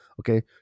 Okay